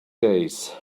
days